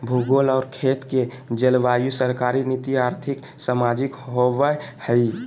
भूगोल और खेत के जलवायु सरकारी नीति और्थिक, सामाजिक होबैय हइ